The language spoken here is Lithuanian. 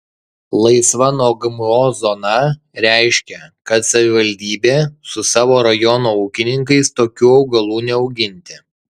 laisva nuo gmo zona reiškia kad savivaldybė su savo rajono ūkininkais tokių augalų neauginti